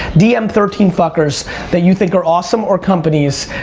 dm thirteen fuckers that you think are awesome, or companies,